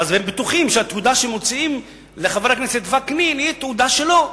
ואז הם בטוחים שהתעודה שהם מוציאים לחבר הכנסת וקנין היא התעודה שלו.